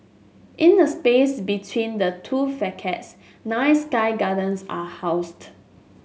in the space between the two facades nine sky gardens are housed